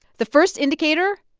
the first indicator,